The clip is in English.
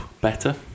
Better